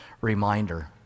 reminder